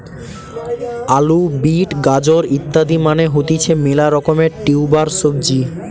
আলু, বিট, গাজর ইত্যাদি মানে হতিছে মেলা রকমের টিউবার সবজি